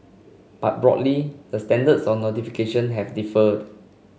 but broadly the standards on notification have differed